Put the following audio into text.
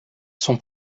son